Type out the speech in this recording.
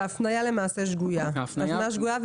ההפניה למעשה שגויה ומיותרת.